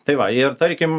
tai va ir tarkim